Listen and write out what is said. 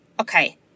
okay